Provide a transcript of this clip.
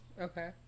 okay